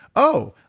oh,